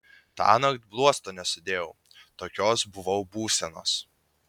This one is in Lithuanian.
tąnakt bluosto nesudėjau tokios buvau būsenos